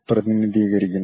പ്രതിനിധീകരിക്കുന്നു